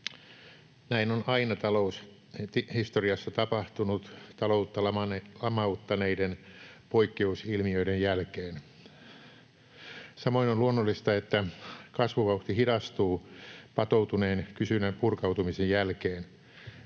Näin on aina taloushistoriassa tapahtunut taloutta lamauttaneiden poikkeusilmiöiden jälkeen. Samoin on luonnollista, että kasvuvauhti hidastuu patoutuneen kysynnän purkautumisen jälkeen.